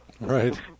Right